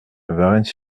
varennes